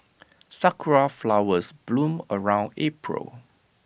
Sakura Flowers bloom around April